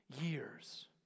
years